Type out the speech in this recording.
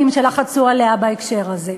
שלחצו עליה בהקשר הזה.